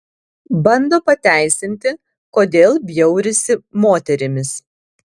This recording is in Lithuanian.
bando pateisinti kodėl bjaurisi moterimis